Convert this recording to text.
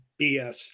bs